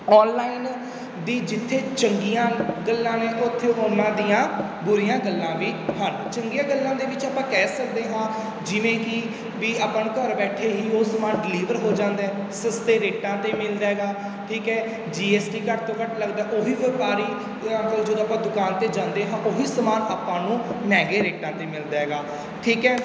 online ਦੀ ਜਿੱਥੇ ਚੰਗੀਆਂ ਗੱਲਾਂ ਨੇ ਉੱਥੇ ਉਨ੍ਹਾਂ ਦੀਆਂ ਬੁਰੀਆਂ ਗੱਲਾਂ ਵੀ ਹਨ ਚੰਗੀਆਂ ਗੱਲਾਂ ਦੇ ਵਿੱਚ ਆਪਾਂ ਕਹਿ ਸਕਦੇ ਹਾਂ ਜਿਵੇਂ ਕਿ ਵੀ ਆਪਾਂ ਨੂੰ ਘਰ ਬੈਠੇ ਹੀ ਉਹ ਸਮਾਨ ਡਿਲਿਵਰ ਹੋ ਜਾਂਦਾ ਹੈ ਸਸਤੇ ਰੇਟਾਂ 'ਤੇ ਮਿਲਦਾ ਗਾ ਠੀਕ ਹੈ ਜੀ ਐੱਸ ਟੀ ਘੱਟ ਤੋਂ ਘੱਟ ਲੱਗਦਾ ਉਹ ਹੀ ਵਪਾਰੀ ਕੋਲ ਜਦੋਂ ਆਪਾਂ ਦੁਕਾਨ 'ਤੇ ਜਾਂਦੇ ਹਾਂ ਉਹ ਹੀ ਸਮਾਨ ਆਪਾਂ ਨੂੰ ਮਹਿੰਗੇ ਰੇਟਾਂ 'ਤੇ ਮਿਲਦਾ ਹੈਗਾ ਠੀਕ ਹੈ